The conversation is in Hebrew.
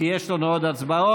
כי יש לנו עוד הצבעות.